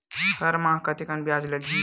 हर माह कतेकन ब्याज लगही?